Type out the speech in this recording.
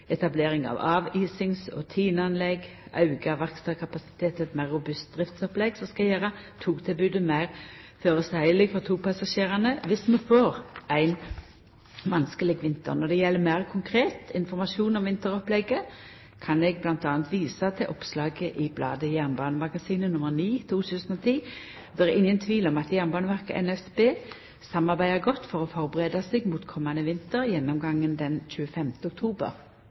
etablering av avisings- og tineanlegg, auka verkstadkapasitet og eit meir robust driftsopplegg som skal gjera togtilbodet meir føreseieleg for togpassasjerane dersom vi får ein vanskeleg vinter. Når det gjeld meir konkret informasjon om vinteropplegget, kan eg m.a. visa til oppslaget i bladet Jernbanemagasinet nr. 9-2010. Det er ingen tvil om at Jernbaneverket og NSB samarbeider godt for å førebu seg inn mot komande vinter. Gjennomgangen 25. oktober